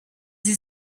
sie